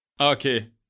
Okay